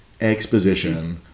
exposition